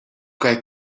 quite